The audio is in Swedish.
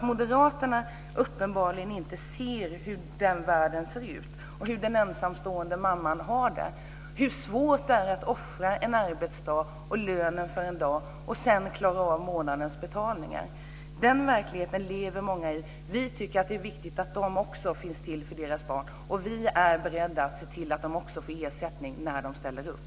Moderaterna ser uppenbarligen inte hur den världen ser ut, hur den ensamstående mamman har det, hur svårt det är att offra en arbetsdag och lönen för en dag och sedan klara av månadens betalningar. Den verkligheten lever många i. Vi tycker att det är viktigt att de föräldrarna också finns till för sina barn. Vi är beredda att se till att de får ersättning när de ställer upp.